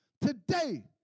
today